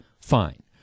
fine